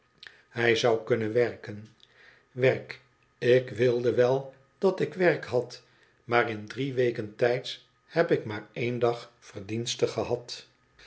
hij zou kunnen werken werk ïk wilde wel dat ik werk had maar in drie weken tijds heb ik maar één dag verdienste gehad